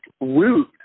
Rude